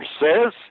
says